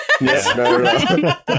Yes